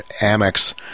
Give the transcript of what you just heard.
Amex